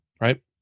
Right